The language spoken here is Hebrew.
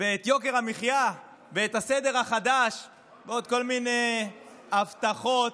ויוקר המחיה והסדר החדש ועוד כל מיני הבטחות,